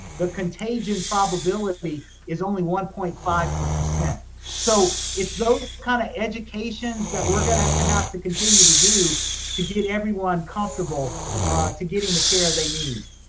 the contagion probability is only one point five. so it's those kinda educations that we're gonna have to continue to do to get everyone comfortable to getting the care they need.